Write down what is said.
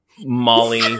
Molly